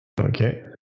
Okay